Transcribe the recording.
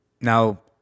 Now